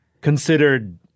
considered